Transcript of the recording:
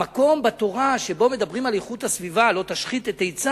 המקום בתורה שבו מדברים על איכות הסביבה הוא "לא תשחית את עצה".